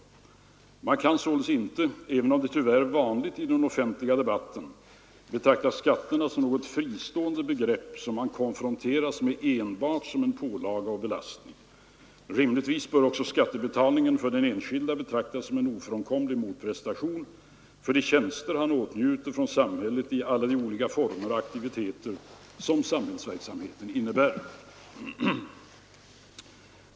Man kan således inte, även om det tyvärr är vanligt i den offentliga debatten, betrakta skatterna som något fristående begrepp som man konfronteras med enbart som en pålaga och belastning. Rimligtvis bör också skattebetalningen för den enskilde betraktas som en ofrånkomlig motprestation för de tjänster han åtnjuter från samhället i alla de olika former och aktiviteter som samhällsverksamheten innebär.